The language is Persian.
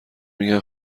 میگن